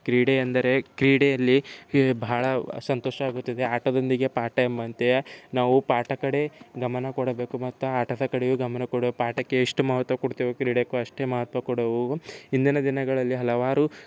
ಕ್ರೀಡೆಯೆಂದರೆ ಕ್ರೀಡೆಯಲ್ಲಿ ಬಹಳ ಸಂತೋಷವಾಗುತ್ತದೆ ಆಟದೊಂದಿಗೆ ಪಾಠ ಎಂಬಂತೆ ನಾವು ಪಾಠ ಕಡೆ ಗಮನ ಕೊಡಬೇಕು ಮತ್ತು ಆಟದ ಕಡೆಯೂ ಗಮನ ಕೊಡಬೇಕು ಪಾಠಕ್ಕೆ ಎಷ್ಟು ಮಹತ್ವ ಕೊಡ್ತೇವೋ ಕ್ರೀಡೆಗೂ ಅಷ್ಟೇ ಮಹತ್ವ ಕೊಡೋದು ಇಂದಿನ ದಿನಗಳಲ್ಲಿ ಹಲವಾರು